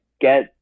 get